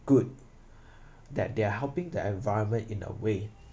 good that they are helping the environment in a way